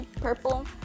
purple